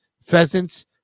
pheasants